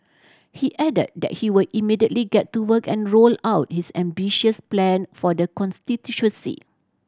he added that he will immediately get to work and roll out his ambitious plan for the constituency